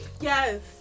Yes